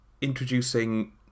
introducing